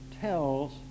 tells